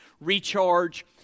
recharge